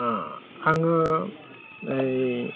आङो